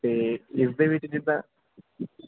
ਅਤੇ ਇਸ ਦੇ ਵਿੱਚ ਜਿੱਦਾਂ